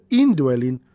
indwelling